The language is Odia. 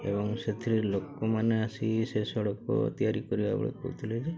ଏବଂ ସେଥିରେ ଲୋକମାନେ ଆସି ସେ ସଡ଼କ ତିଆରି କରିବା ବେଳେ କହୁଥିଲେ ଯେ